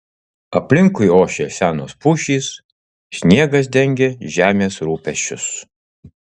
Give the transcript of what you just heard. aplinkui ošė senos pušys sniegas dengė žemės rūpesčius